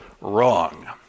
Wrong